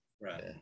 right